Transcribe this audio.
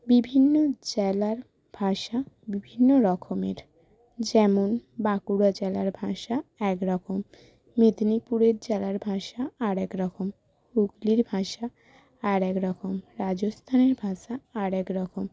বিভিন্ন জেলার ভাষা বিভিন্ন রকমের যেমন বাঁকুড়া জেলার ভাষা এক রকম মেদিনীপুরের জেলার ভাষা আর এক রকম হুগলির ভাষা আর এক রকম রাজস্থানের ভাষা আর এক রকম